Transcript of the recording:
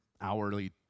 hourly